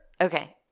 Okay